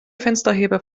fensterheber